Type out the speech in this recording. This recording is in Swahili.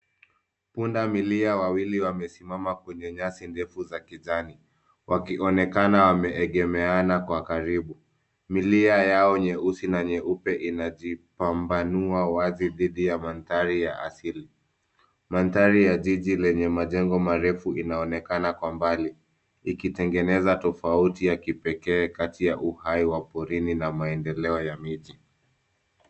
Punda milia wawili wamesimama kwenye nyasi ndefu za kijani, wakionekana wameegemeana kwa karibu. Milia yao nyeusi na nyeupe inajipambanua wazi dhidi ya mandhari ya asili. Mandhari ya jiji lenye majengo marefu inaonekana kwa mbali, likitengeneza tofauti ya kipekee kati ya uhai wa porini na maendeleo ya miji.